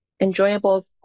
enjoyable